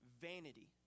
vanity